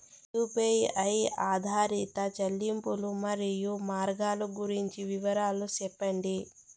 UPI ఆధారిత చెల్లింపులు, మరియు మార్గాలు గురించి వివరాలు సెప్పండి?